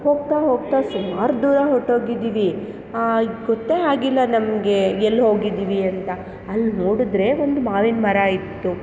ಹೋಗ್ತಾ ಹೋಗ್ತಾ ಸುಮಾರು ದೂರ ಹೊರ್ಟು ಹೋಗಿದ್ದೀವಿ ಗೊತ್ತೇ ಆಗಿಲ್ಲ ನಮಗೆ ಎಲ್ಲಿ ಹೋಗಿದ್ದೀವಿ ಅಂತ ಅಲ್ಲಿ ನೋಡಿದ್ರೆ ಒಂದು ಮಾವಿನ ಮರ ಇತ್ತು